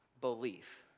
belief